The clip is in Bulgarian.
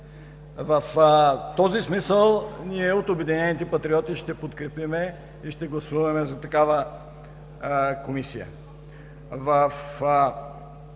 В този смисъл ние от „Обединените патриоти“ ще подкрепим и ще гласуваме за такава комисия. Мисля,